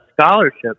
scholarship